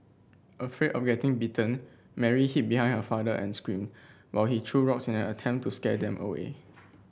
afraid of getting bitten Mary hid behind her father and screamed while he threw rocks in an attempt to scare them away